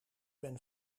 ben